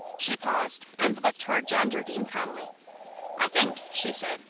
she paused and looked toward john jardine calmly i think, she said,